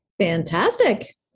fantastic